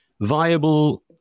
viable